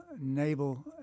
naval